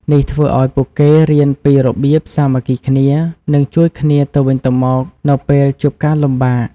នេះធ្វើឲ្យពួកគេរៀនពីរបៀបសាមគ្គីគ្នា និងជួយគ្នាទៅវិញទៅមកនៅពេលជួបការលំបាក។